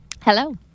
Hello